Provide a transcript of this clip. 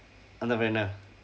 அந்த பையன்:antha paiyan